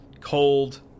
cold